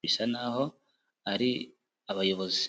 bisa naho ari abayobozi.